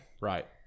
Right